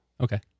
Okay